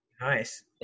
Nice